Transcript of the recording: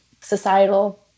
societal